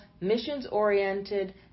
missions-oriented